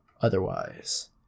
otherwise